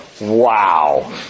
wow